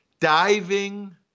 Diving